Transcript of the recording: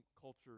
culture